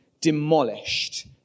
demolished